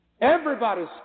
Everybody's